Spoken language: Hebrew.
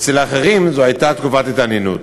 אצל אחרים זו הייתה תקופת התעניינות,